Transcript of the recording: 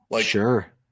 Sure